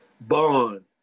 bond